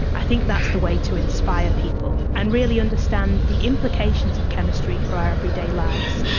i think that's the way to inspire people and really understand the implications of chemistry for our everyday lives.